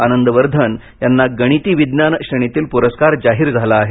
आनंदवर्धन यांना गणिती विज्ञान श्रेणीतील पुरस्कार जाहीर झाला आहे